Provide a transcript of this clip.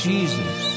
Jesus